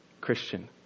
Christian